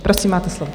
Prosím, máte slovo.